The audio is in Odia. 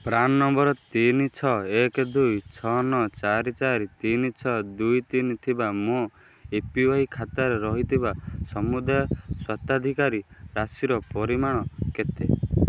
ପ୍ରାନ୍ ନମ୍ବର ତିନି ଛଅ ଏକ ଦୁଇ ଛଅ ନଅ ଚାରି ଚାରି ତିନି ଛଅ ଦୁଇ ତିନି ଥିବା ମୋ ଏପିୱାଇ ଖାତାରେ ରହିଥିବା ସମୁଦାୟ ସ୍ୱତ୍ୱାଧିକାରୀ ରାଶିର ପରିମାଣ କେତେ